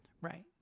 Right